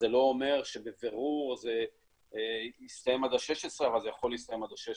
זה לא אומר שבבירור זה יסתיים עד ה-16 אבל זה יכול להסתיים עד ה-16.